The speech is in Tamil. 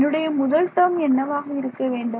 என்னுடைய முதல் டேர்ம் என்னவாக இருக்க வேண்டும்